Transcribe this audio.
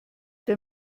der